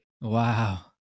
Wow